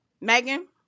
Megan